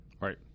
right